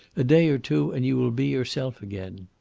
a day or two, and you will be yourself again.